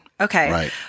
okay